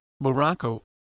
Morocco